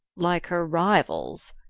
like her rivals,